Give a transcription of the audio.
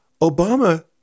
Obama